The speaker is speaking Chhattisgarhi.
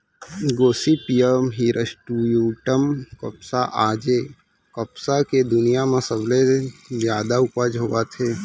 गोसिपीयम हिरस्यूटॅम कपसा आज ए कपसा के दुनिया म सबले जादा उपज होवत हे